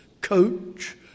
coach